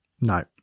no